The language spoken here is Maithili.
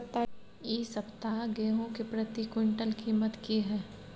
इ सप्ताह गेहूं के प्रति क्विंटल कीमत की हय?